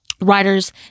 Writers